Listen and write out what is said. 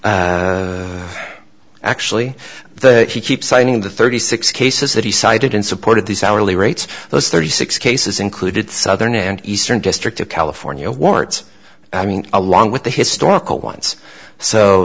o actually the he keeps citing the thirty six cases that he cited in support of these hourly rates those thirty six cases included southern and eastern district of california warts i mean along with the historical ones so